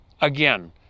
Again